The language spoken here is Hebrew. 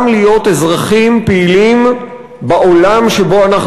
גם להיות אזרחים פעילים בעולם שבו אנחנו